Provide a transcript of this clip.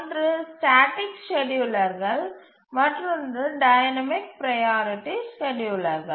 ஒன்று ஸ்டேட்டிக் ஸ்கேட்யூலர்கள் மற்றொன்று டைனமிக் ப்ரையாரிட்டி ஸ்கேட்யூலர்கள்